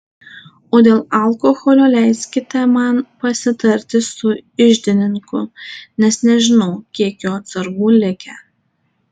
o dėl alkoholio leiskite man pasitarti su iždininku nes nežinau kiek jo atsargų likę